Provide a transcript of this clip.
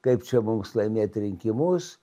kaip čia mums laimėt rinkimus